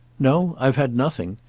no, i've had nothing,